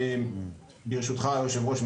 אני ברשותך יושב הראש,